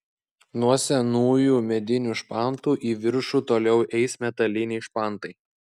nuo senųjų medinių špantų į viršų toliau eis metaliniai špantai